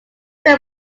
them